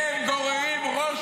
עמד פה רופא של ראש